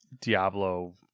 Diablo